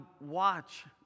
watch